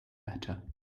better